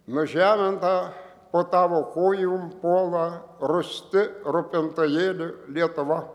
nužeminta po tavo kojom puola rūsti rūpintojėlių lietuva